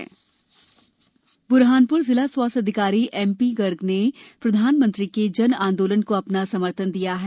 जन आंदोलन बुरहानपुर जिला स्वास्थ्य अधिकारी एमपी गर्ग ने प्रधानमंत्री के जन आंदोलन को अपना समर्थन दिया है